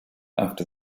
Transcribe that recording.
after